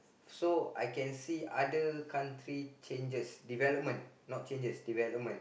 so I can see other country changes development not changes development